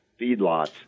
feedlots